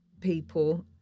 people